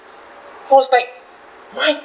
I was like what